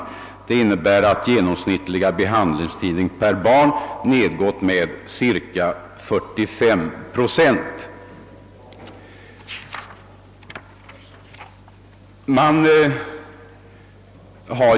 Detta innebär att den genomsnittliga behandlingstiden per barn minskat med cirka 45 procent.